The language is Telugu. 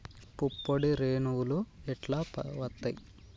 పుప్పొడి రేణువులు ఎట్లా వత్తయ్?